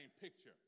picture